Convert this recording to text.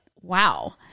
Wow